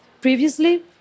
Previously